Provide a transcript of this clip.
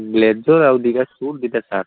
blazer ଆଉ ଦୁଇଟା suit ଦୁଇଟା ସାର୍ଟ